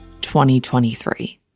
2023